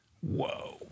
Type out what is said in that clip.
Whoa